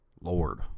Lord